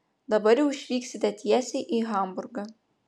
dabar jau išvyksite tiesiai į hamburgą